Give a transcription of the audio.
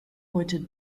heute